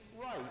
right